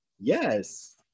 Yes